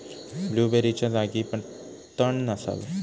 ब्लूबेरीच्या जागी तण नसावे